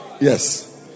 Yes